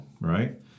right